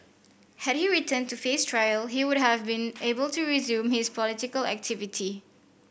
had he returned to face trial he would have been able to resume his political activity